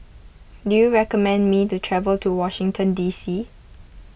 do you recommend me to travel to Washington D C